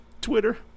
Twitter